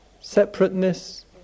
Separateness